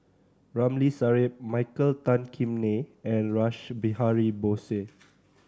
Ramli Sarip Michael Tan Kim Nei and Rash Behari Bose